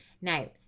Now